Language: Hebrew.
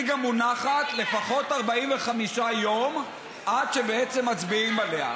היא גם מונחת לפחות 45 יום עד שבעצם מצביעים עליה,